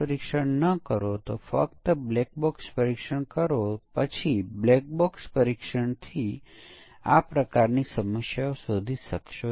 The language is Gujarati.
આપણે ખરેખર આ મુદ્દાની પહેલાં ચર્ચા કરી હતી કે યુનિટ પરીક્ષણ વેલિડેશન પ્રવૃત્તિ હશે અથવા ચકાસણી પ્રવૃત્તિ